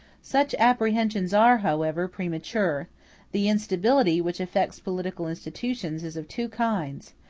such apprehensions are, however, premature the instability which affects political institutions is of two kinds,